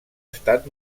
estat